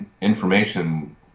information